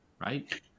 right